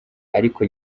ariko